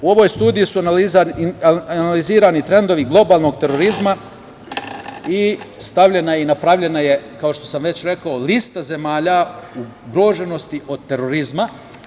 U ovoj studiji su analizirani trendovi globalnog terorizma i stavljena je i napravljena, kao što sam već rekao, lista zemalja ugroženosti od terorizma.